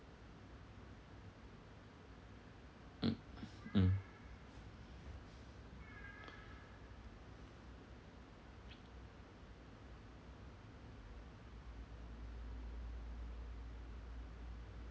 mm mm